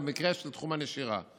אבל במקרה בתחום הנשירה.